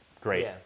great